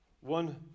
one